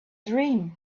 dream